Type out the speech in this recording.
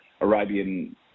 Arabian